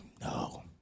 no